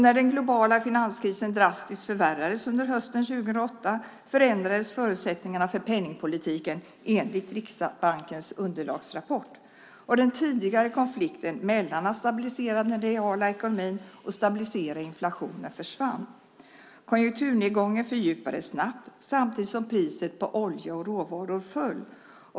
När den globala finanskrisen drastiskt förvärrades under hösten 2008 förändrades förutsättningarna för penningpolitiken enligt Riksbankens underlagsrapport. Den tidigare konflikten mellan att stabilisera den reala ekonomin och stabilisera inflationen försvann. Konjunkturnedgången fördjupades snabbt samtidigt som priset på olja och råvaror föll.